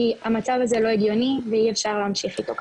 המצב הזה לא הגיוני ואי אפשר להמשיך אתו ככה,